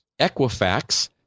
Equifax